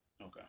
Okay